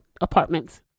apartments